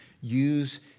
use